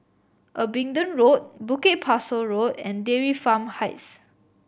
Abingdon Road Bukit Pasoh Road and Dairy Farm Heights